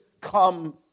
come